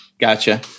Gotcha